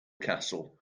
castle